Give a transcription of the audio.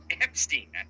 Epstein